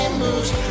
moves